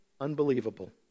unbelievable